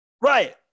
Right